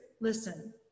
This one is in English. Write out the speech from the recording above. listen